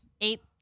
eight